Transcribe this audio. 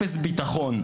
אפס ביטחון.